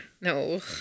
No